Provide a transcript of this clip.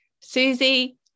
Susie